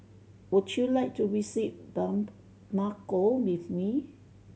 would you like to visit Bamako with me